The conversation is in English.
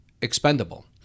expendable